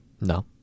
No